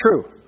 true